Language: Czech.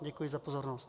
Děkuji za pozornost.